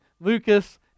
Lucas